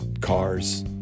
cars